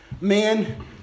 Man